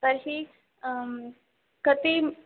तर्हि कति